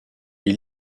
des